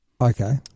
Okay